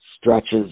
stretches